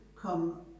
come